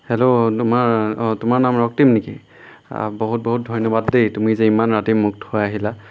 hello তোমাৰ অঁ তোমাৰ নাম ৰক্তিম নেকি বহুত বহুত ধন্যবাদ দেই তুমি যে ইমান ৰাতি মোক থৈ আহিলা